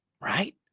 Right